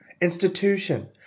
institution